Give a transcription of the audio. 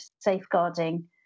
safeguarding